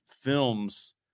films